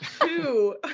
two